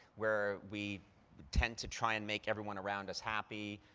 where we tend to try and make everyone around us happy.